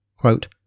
Quote